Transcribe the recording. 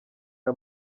aya